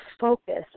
focus